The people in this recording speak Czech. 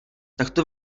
takto